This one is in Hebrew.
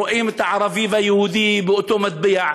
רואים את הערבי והיהודי באותו מטבע,